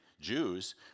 Jews